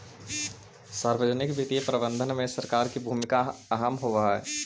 सार्वजनिक वित्तीय प्रबंधन में सरकार के भूमिका अहम होवऽ हइ